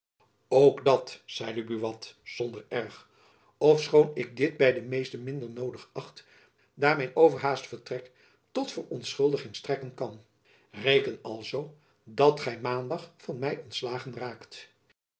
dat zeide buat zonder erg ofschoon ik dit by de meesten minder noodig achte daar mijn overhaast vertrek tot verontschuldiging strekken kan reken alzoo dat gy maandag van my ontslagen raakt